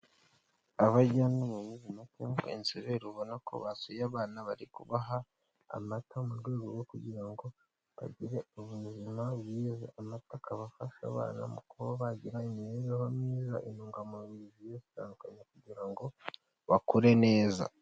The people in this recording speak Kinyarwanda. Abajyanama b'ubuzima cyangwa inzobere, ubona ko basuye abana, bari kubaha amata mu rwego rwo kugira ngo bagire ubuzima bwiza. Amata akaba afasha abana mu kuba bagira imibereho myiza, intungamubiri zigiye zitandukanye, kugira ngo bakure neza.